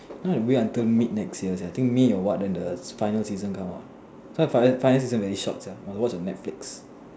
no you know I wait until mid next year I think may or what then the final season come out final season very short sia watch on netflix